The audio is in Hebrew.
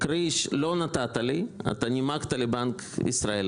קרי, לא נתת לי, אתה נימקת לבנק ישראל.